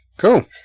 Cool